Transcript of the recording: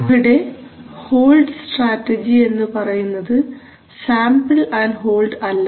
ഇവിടെ hold strategy എന്നു പറയുന്നത് സാമ്പിൾ ആൻഡ് ഹോൾഡ് അല്ല